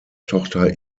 tochter